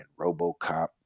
robocop